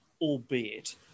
albeit